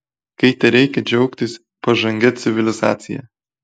kai tereikia džiaugtis pažangia civilizacija